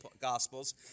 gospels